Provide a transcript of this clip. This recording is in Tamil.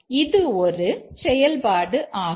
இது ஒரு செயல்பாடு ஆகும்